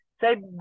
say